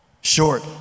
short